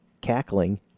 cackling